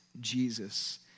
Jesus